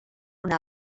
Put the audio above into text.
una